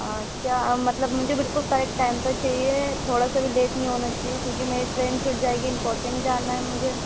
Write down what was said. کیا مطلب مجھے بالکل کریکٹ ٹائم پر چاہیے ہے تھوڑا سا بھی لیٹ نہیں ہونا چاہیے کیونکہ میری ٹرین چھوٹ جائے گی امپوٹنٹ جانا ہے مجھے